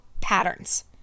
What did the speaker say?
patterns